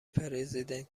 پرزیدنت